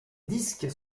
disques